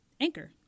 Anchor